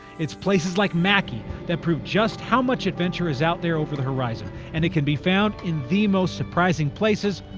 it's places like mackay that prove just how much adventure is out there over the horizon, and it can be found in the most surprising places,